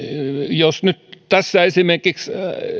jos nyt tässä